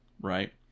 right